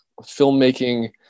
filmmaking